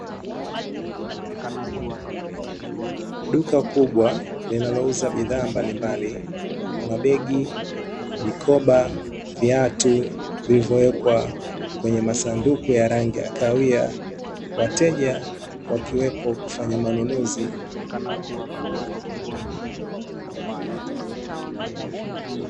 Duka kubwa linalouza bidhaa mbalimbali mabegi, mikoba, viatu, vilivyowekwa kwenye masanduku ya rangi ya kahawia, wateja wakiwepo kufanya manunuzi.